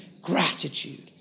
Gratitude